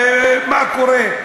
ומה קורה.